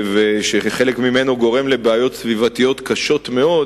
שחלק ממנו גורם לבעיות סביבתיות קשות מאוד